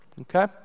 Okay